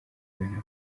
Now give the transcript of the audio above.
ntapfa